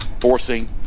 forcing